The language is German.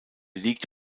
liegt